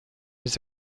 his